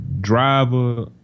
Driver